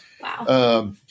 Wow